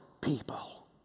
people